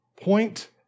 Point